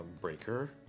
breaker